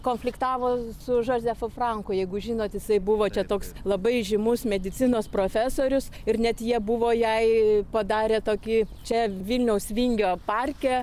konfliktavo su žozefu franku jeigu žinot jisai buvo čia toks labai žymus medicinos profesorius ir net jie buvo jai padarę tokį čia vilniaus vingio parke